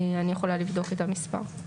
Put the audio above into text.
אני יכולה לבדוק את המספר.